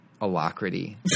alacrity